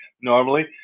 normally